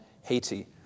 Haiti